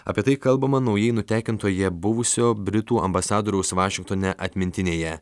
apie tai kalbama naujai nutekintoje buvusio britų ambasadoriaus vašingtone atmintinėje